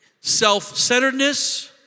Self-centeredness